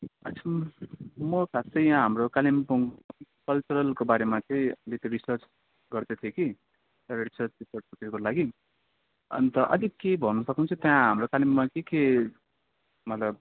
हजुर म खास चाहिँ यहाँ हाम्रो कालिम्पोङ कल्चरलको बारेमा चाहिँ रिसर्च गर्दै थिएँ कि एउटा रिसर्च पेपरको लागि अन्त अलिक केही भन्नु सक्नु हुन्छ त्यहाँ हाम्रो कालेम्पोङमा के के मतलब